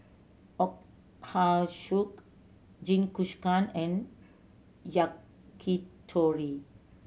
Ochazuke Jingisukan and Yakitori